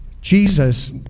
Jesus